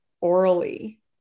orally